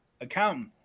accountant